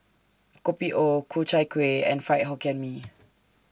Kopi O Ku Chai Kueh and Fried Hokkien Mee